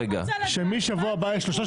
אני רוצה לדעת מה הדחיפות כשזה פוקע